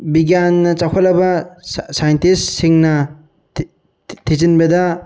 ꯕꯤꯒ꯭ꯌꯥꯟꯅ ꯆꯥꯎꯈꯠꯂꯕ ꯁꯥꯏꯟꯇꯤꯁꯁꯤꯡꯅ ꯊꯤꯖꯤꯟꯕꯗ